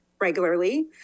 regularly